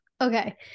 okay